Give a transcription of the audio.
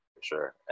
sure